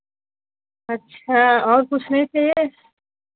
अच्छा और कुछ नहीं चाहिए